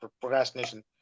procrastination